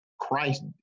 Christ